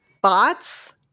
Bots